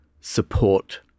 support